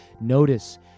notice